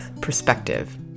perspective